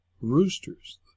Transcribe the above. roosters